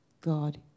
God